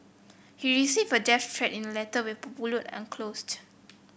he received a death threat in letter with enclosed